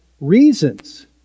reasons